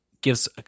gives